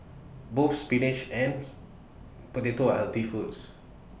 both spinach potato are healthy foods